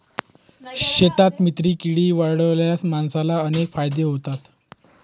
शेतात मित्रकीडी वाढवल्यास माणसाला अनेक फायदे होतात